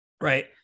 right